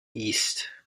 east